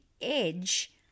edge